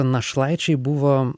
našlaičiai buvo